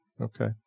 Okay